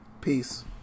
Peace